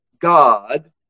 God